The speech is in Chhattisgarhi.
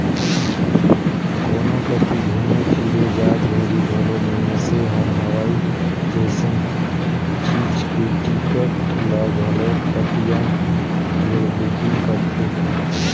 कोनो कति घुमे फिरे जात घरी घलो मइनसे हर हवाई जइसन चीच के टिकट ल घलो पटीएम ले बुकिग करथे